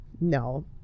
No